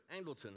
Angleton